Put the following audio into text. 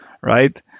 right